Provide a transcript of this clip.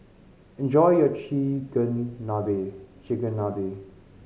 enjoy your Chigenabe Chigenabe